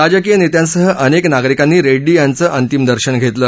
राजकीय नेत्यांसह अनेक नागरिकांनी रेड्डी यांचं अंतिम दर्शन घेतलं